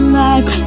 life